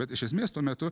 bet iš esmės tuo metu